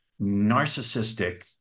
narcissistic